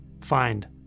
Find